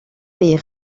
est